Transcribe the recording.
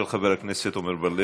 של חבר הכנסת עמר בר-לב.